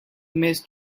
missed